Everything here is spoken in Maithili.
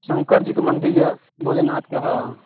शङ्करजीके मन्दिर यऽ भोलेनाथके हाँ